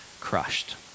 crushed